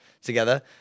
together